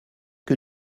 que